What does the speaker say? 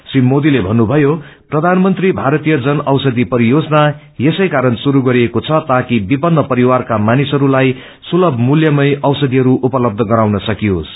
श्री मोदीले भन्नुथयो प्रबानमन्त्री भरतीय जन औषधि परियाजना यसैकारण श्रुरू गरिएको छ ताकि विपन्न परिवारका मानिसहरूलाई सुलभ मूल्यमै औषषिहरू उपलब्ध गराउन सकियोस्